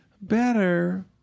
better